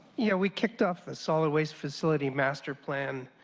yeah we kicked off the solid waste facility masterplan